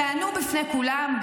טענו בפני כולם,